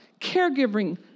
caregiving